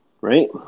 right